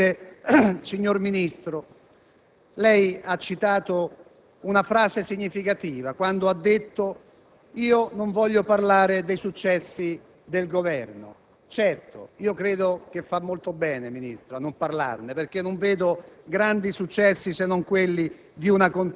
d'accordo. Signor Ministro, queste differenze non possono essere parte della politica estera del nostro Paese. Noi guardiamo ai fatti e un uomo di Governo del suo rango non può gestire le parole ma i fatti e i fatti parlano chiaro: